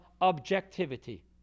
objectivity